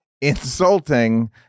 insulting